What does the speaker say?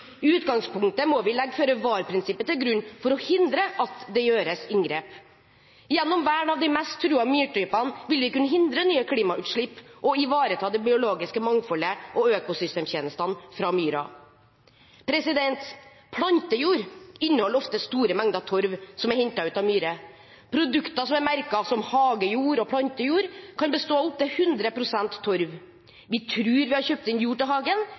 utgangspunktet må vi legge føre-var-prinsippet til grunn for å hindre at det gjøres inngrep. Gjennom vern av de mest truede myrtypene vil vi kunne hindre nye klimautslipp og ivareta det biologiske mangfoldet og økosystemtjenestene fra myra. Plantejord inneholder ofte store mengder torv som er hentet ut av myrer. Produkter som er merket som hagejord og plantejord, kan bestå av opptil 100 pst. torv. Vi tror vi har kjøpt inn jord til hagen,